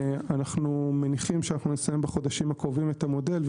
אנו מניחים שנסיים בחודשים הקרובים את המודל,